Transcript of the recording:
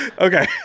Okay